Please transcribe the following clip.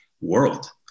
world